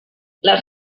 les